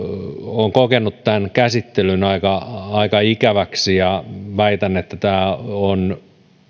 olen kokenut tämän käsittelyn aika aika ikäväksi ja väitän että tämä on